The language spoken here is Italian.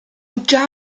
già